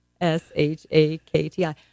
S-H-A-K-T-I